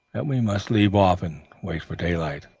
that we must leave off and wait for daylight.